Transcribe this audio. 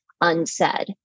unsaid